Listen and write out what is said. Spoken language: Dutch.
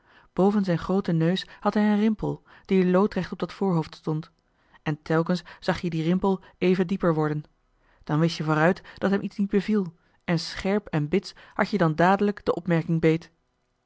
boven zijn grooten neus had hij een rimpel die loodrecht op dat voorhoofd stond en telkens zag je dien rimpel even dieper worden dan wist je vooruit dat hem iets niet beviel en scherp en bits had-je dan dadelijk de opmerking beet